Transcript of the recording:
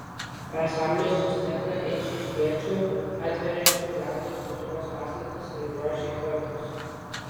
ansamblyje susitinka eišiškiečių atveriančių liaudies kultūros paslaptis ir grožį kartos